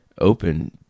open